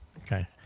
Okay